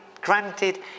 granted